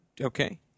Okay